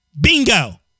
Bingo